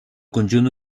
conjunt